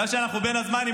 בגלל שאנחנו בין הזמנים,